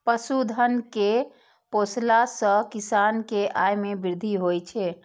पशुधन कें पोसला सं किसान के आय मे वृद्धि होइ छै